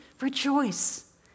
Rejoice